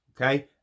okay